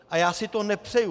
A já si to nepřeju.